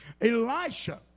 Elisha